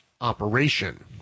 operation